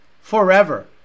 forever